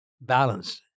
balance